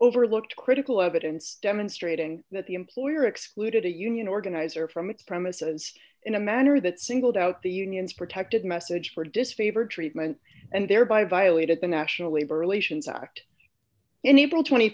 overlooked critical evidence demonstrating that the employer excluded a union organizer from its premises in a manner that singled out the unions protected message for disfavored treatment and thereby violated the national labor relations act in april t